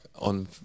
on